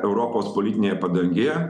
europos politinėje padangėje